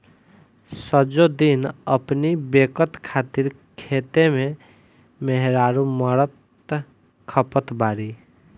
सजो दिन अपनी बेकत खातिर खेते में मेहरारू मरत खपत बाड़ी